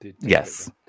Yes